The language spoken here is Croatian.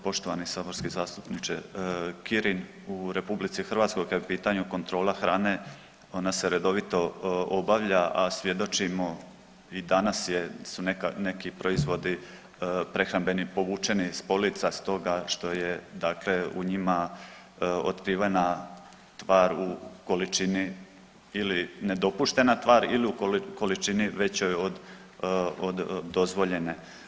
Poštovani saborski zastupniče Kirin u RH kad je u pitanju kontrola hrane ona se redovito obavlja, a svjedočimo i danas su neki proizvodi prehrambeni povučeni s polica stoga što je dakle u njima otkrivena tvar u količini ili nedopuštena tvar ili u količini većoj od dozvoljene.